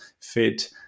fit